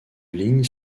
lignes